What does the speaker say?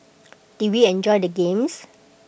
did we enjoyed the games